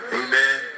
amen